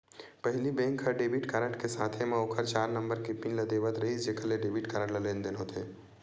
पहिली बेंक ह debit card के साथे म ओखर चार नंबर के पिन ल देवत रिहिस जेखर ले डेबिट कारड ले लेनदेन होथे